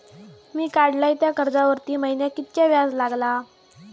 मी काडलय त्या कर्जावरती महिन्याक कीतक्या व्याज लागला?